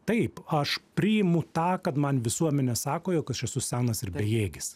taip aš priimu tą kad man visuomenė sako jog aš esu senas ir bejėgis